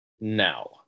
now